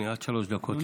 עד שלוש דקות.